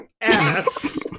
Ass